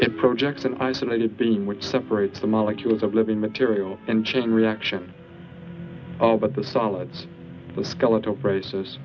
it projects an isolated being which separates the molecules of living material and chain reaction but the solids the skeletal braces